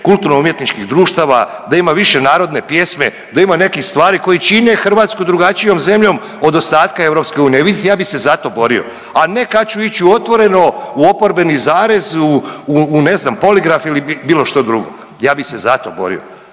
HRT-u ima više KUD-ova, da ima više narodne pjesme, da ima nekih stvari koji čine Hrvatsku drugačijom zemljom od ostatka EU, evo vidite ja bih se za to borio, a ne kad ću ići u „Otvoreno“, u „Oporbeni zarez“, u, u ne znam „Poligraf“ ili bilo što drugo, ja bih se za to borio